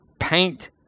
paint